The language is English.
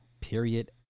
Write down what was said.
period